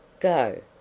go?